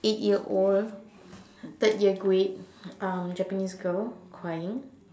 eight year old third year grade um Japanese girl crying